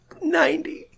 Ninety